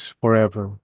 forever